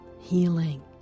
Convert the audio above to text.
Healing